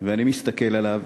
ואני מסתכל עליו,